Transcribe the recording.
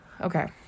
okay